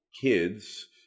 kids